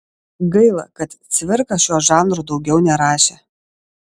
gaila kad cvirka šiuo žanru daugiau nerašė